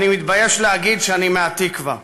אני מתבייש להגיד שאני מהתקווה.